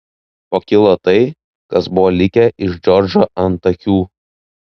pakilo tai kas buvo likę iš džordžo antakių